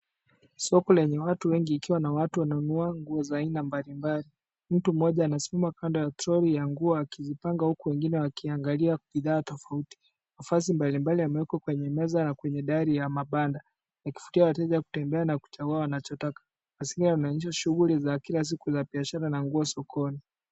Sokoni lenye watu wengi, ikiwa na watu wanaonunua nguo za aina mbalimbali. Mtu mmoja anasimama kando ya troli ya nguo akizipangwa, huku wengine wakiangalia bidhaa tofauti. Nafasi mbalimbali yamewekwa kwenye meza na kwenye dari ya mabanda. Yakivutia wateja kutembea na kuchagua wanachotaka. Mazingira yanaonyesha shughuli za kila siku za biashara na nguo sokoni.